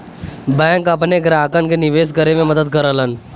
bank अपने ग्राहकन के निवेश करे में मदद करलन